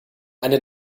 eine